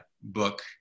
book